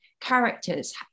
characters